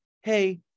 hey